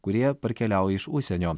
kurie parkeliauja iš užsienio